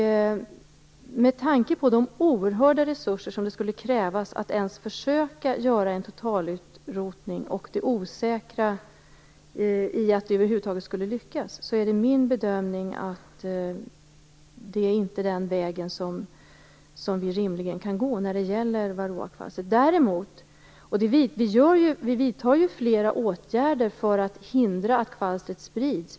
Med tanke på de oerhörda resurser som skulle krävas för att ens försöka göra en totalutrotning och det osäkra i huruvida det över huvud taget skulle lyckas är det min bedömning att det inte är den vägen vi rimligen kan gå när det gäller varroakvalstret. Däremot vidtar vi flera åtgärder för att hindra att kvalstret sprids.